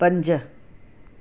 पंज